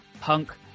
punk